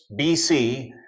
BC